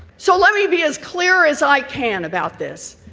so let me be as clear as i can about this.